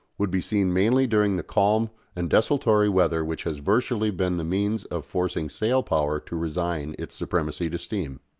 would be seen mainly during the calm and desultory weather which has virtually been the means of forcing sail-power to resign its supremacy to steam.